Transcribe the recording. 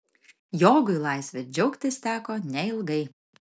jogui laisve džiaugtis teko neilgai